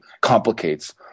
complicates